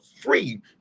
free